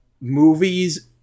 movies